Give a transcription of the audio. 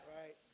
Right